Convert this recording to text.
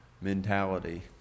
mentality